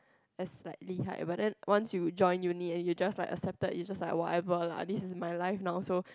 as like 厉害:lihai whether once you join uni and you just like accepted it's just like whatever lah this is my life now also